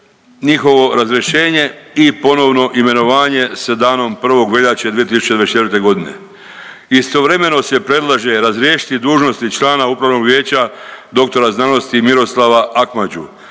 njihovo razrješenje i ponovno imenovanje sa danom 1. veljače 2024. godine. Istovremeno se predlaže razriješiti dužnosti člana upravnog vijeća dr.sc. Miroslava Akmadžu